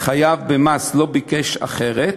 חייב במס לא ביקש אחרת,